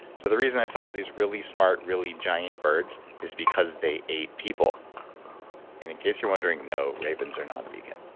so the reason i saw these really smart, really giant birds is because they ate people. and in case you're wondering, no, ravens are not vegan.